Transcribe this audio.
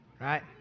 right